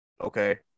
Okay